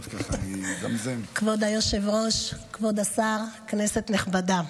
כבוד היושב-ראש, כבוד השר, כנסת נכבדה,